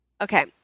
Okay